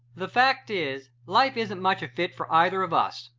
the fact is, life isn't much a fit for either of us,